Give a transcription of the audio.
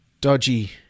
dodgy